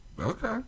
Okay